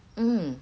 mm